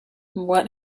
what